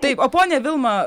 taip o ponia vilma